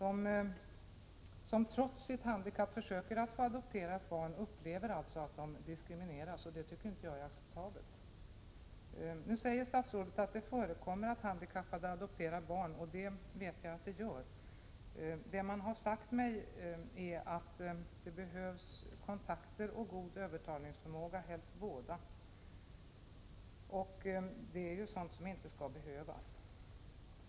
De som trots sitt handikapp försöker att få adoptera ett barn upplever alltså att de diskrimineras, och det tycker jag är oacceptabelt. Statsrådet säger att det förekommer att handikappade adopterar barn, och det vet jag att det gör. Det har sagts mig att det behövs kontakter och god övertalningsförmåga. Men sådant borde inte vara nödvändigt.